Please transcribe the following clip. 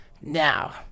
Now